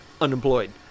unemployed